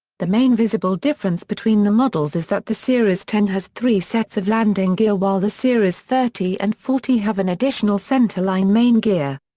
the main visible difference between the models is that the series ten has three sets of landing gear while the series thirty and forty have an additional centerline main gear.